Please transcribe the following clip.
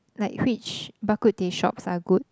like which Bak-Kut-Teh shops are good